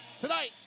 Tonight